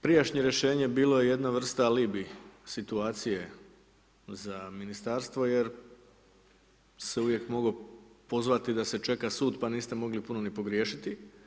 Prijašnje rješenje bilo je jedna vrsta alibi, situacije za ministarstvo, jer se uvijek mogao pozvati da se čeka sud, pa niste mogli puno ni pogriješiti.